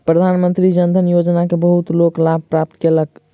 प्रधानमंत्री जन धन योजना के बहुत लोक लाभ प्राप्त कयलक